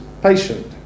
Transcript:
patient